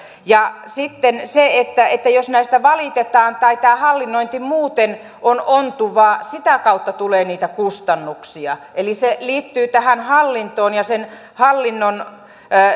ja sitten jos näistä valitetaan tai tämä hallinnointi muuten on ontuvaa sitä kautta tulee niitä kustannuksia eli se kustannusten kasvu liittyy tähän hallintoon ja sen hallinnon